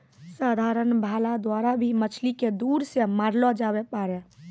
साधारण भाला द्वारा भी मछली के दूर से मारलो जावै पारै